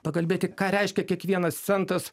pakalbėti ką reiškia kiekvienas centas